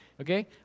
Okay